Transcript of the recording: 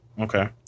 Okay